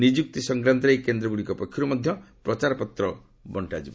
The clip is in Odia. ନିଯୁକ୍ତି ସଂକ୍ରାନ୍ତରେ ଏହି କେନ୍ଦ୍ରଗୁଡ଼ିକ ପକ୍ଷରୁ ମଧ୍ୟ ପ୍ରଚାରପତ୍ର ବଙ୍କାଯିବ